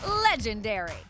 legendary